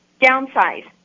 downsize